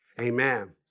Amen